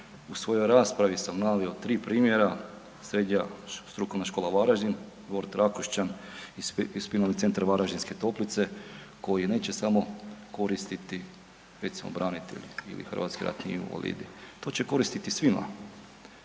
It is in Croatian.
U svojoj raspravi sam naveo 3 primjera Srednja strukovna škola Varaždin, Dvor Trakošćan i Spinalni centar Varaždinske Toplice koji neće samo koristiti recimo branitelji ili hrvatski ratni vojni invalidi, to će koristiti svima.